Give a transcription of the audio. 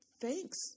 thanks